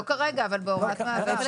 לא כרגע, אבל בהוראת מעבר.